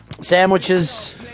sandwiches